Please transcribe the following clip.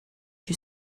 you